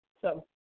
So-